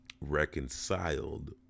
reconciled